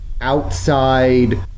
outside